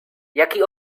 jaki